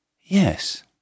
Yes